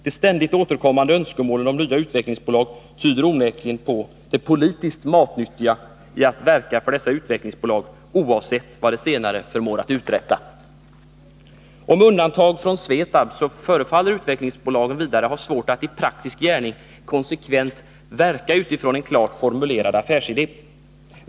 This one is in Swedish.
De ständigt återkommande önskemålen om nya utvecklingsbolag tyder onekligen på det politiskt matnyttiga i att verka för dessa utvecklingsbolag — oavsett vad de senare förmår uträtta. Med undantag för Svetab förefaller utvecklingsbolagen vidare ha svårt att i praktisk gärning konsekvent verka utifrån en klart formulerad affärsidé.